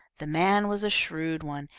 the man was a shrewd one,